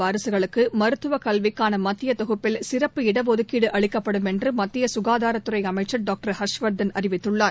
வாரிசுளுக்குமருத்துவகல்விக்கானமத்தியதொகுப்பில் சிறப்பு இடஒதுக்கீடுஅளிக்கப்படும் என்றுமத்தியசுகாதாரத்துறைஅமைச்சர் டாக்டர் ஹர்ஷவர்தன் அறிவித்துள்ளார்